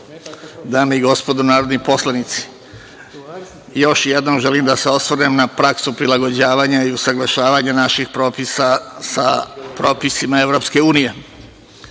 i gospodo narodni poslanici, još jednom želim da se osvrnem na praksu prilagođavanja i usaglašavanja naših propisa sa propisima EU. Da li